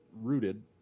rooted